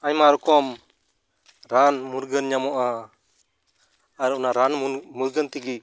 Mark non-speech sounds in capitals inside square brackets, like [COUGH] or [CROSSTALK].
ᱟᱭᱢᱟ ᱨᱚᱠᱚᱢ ᱨᱟᱱ ᱢᱩᱨᱜᱟᱹᱱ ᱧᱟᱢᱚᱜᱼᱟ ᱟᱨ ᱚᱱᱟ ᱨᱟᱱ [UNINTELLIGIBLE] ᱢᱩᱨᱜᱟᱹᱱ ᱛᱮᱜᱮ